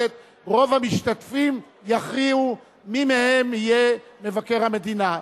המשתתפים יכריעו מי מהם יהיה מבקר המדינה.